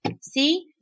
see